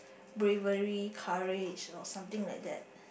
bravery courage or something like that